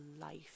life